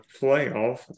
playoff